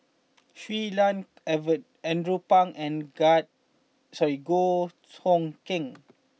Shui Lan avert Andrew Phang and Goh Hood Keng